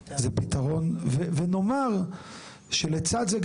ונאמר שלצד זה,